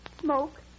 smoke